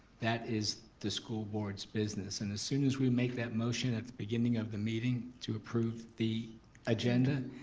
that is the school board's business. and as soon as we make that motion at the beginning of the meeting to approve the agenda.